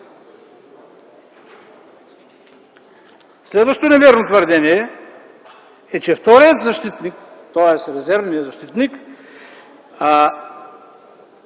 Следващото невярно твърдение е, че вторият защитник, тоест резервният защитник,